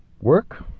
work